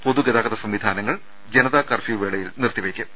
പൊതു ഗതാഗത സംവിധാനങ്ങൾ ജനതാ കർഫ്യൂ വേളയിൽ നിർത്തിവെ യ്ക്കും